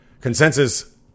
Consensus